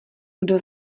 kdo